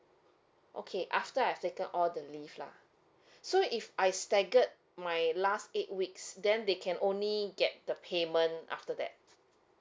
okay after I've taken all the leave lah so if I staggered my last eight weeks then they can only get the payment after that